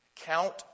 count